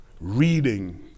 reading